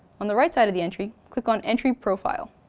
on the right side of the entry, click on entry profile